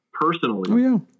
personally